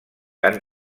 han